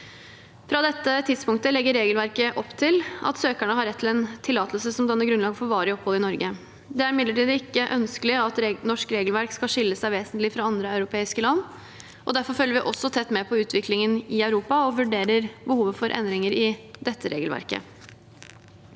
Fra dette tidspunktet legger regelverket opp til at søkerne har rett til en tillatelse som danner grunnlag for varig opphold i Norge. Det er imidlertid ikke ønskelig at norsk regelverk skal skille seg vesentlig fra andre europeiske land. Derfor følger vi også tett med på utviklingen i Europa og vurderer behovet for endringer i dette regelverket.